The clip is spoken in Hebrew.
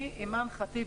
אני חושב